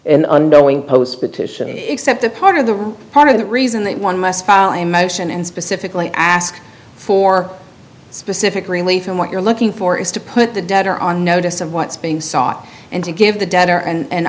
underling post petition except a part of the part of the reason that one must file a motion and specifically ask for specific relief and what you're looking for is to put the debtor on notice of what's being sought and to give the debtor an